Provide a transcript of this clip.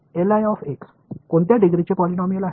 तर हे कोणत्या डिग्रीचे पॉलिनॉमियल आहे